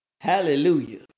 Hallelujah